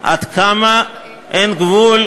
עד כמה אין גבול,